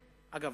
אגב,